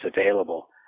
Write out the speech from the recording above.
available